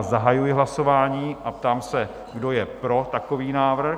Zahajuji hlasování a ptám se, kdo je pro takový návrh?